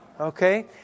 Okay